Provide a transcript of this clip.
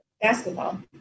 Basketball